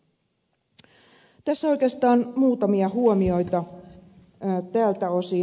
tässä oikeastaan muutamia huomioita tältä osin